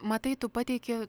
matai tu pateiki